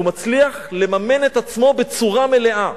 הוא מצליח לממן את עצמו בצורה מלאה.